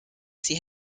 sie